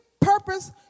purpose